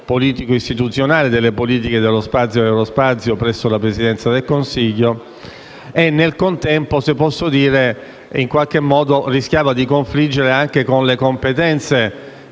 politico-istituzionale delle politiche dello spazio e dell'aerospazio presso la Presidenza del Consiglio. Nel contempo, se posso dire, esso rischiava di confliggere anche con le competenze